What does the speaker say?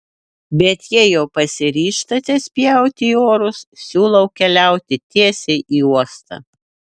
bet jei jau pasiryžtate spjauti į orus siūlau keliauti tiesiai į uostą